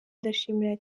ndashimira